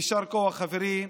יישר כוח, חבריי.